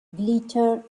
glittered